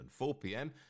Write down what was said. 4pm